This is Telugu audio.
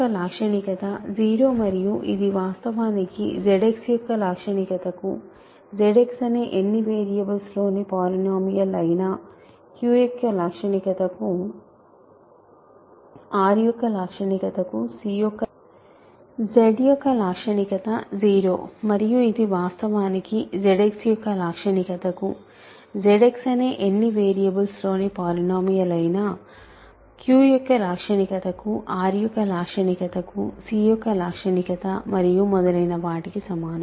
Z యొక్క లాక్షణికత 0 మరియు ఇది వాస్తవానికి ZX యొక్క లాక్షణికత కు ZX అనే ఎన్ని వేరియబుల్స్లో ని పాలినోమియల్ అయినా Q యొక్క లాక్షణికత కు R యొక్క లాక్షణికత కు C యొక్క లాక్షణికత మరియు మొదలైన వాటికి సమానం